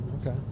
Okay